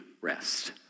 rest